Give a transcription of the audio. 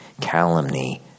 calumny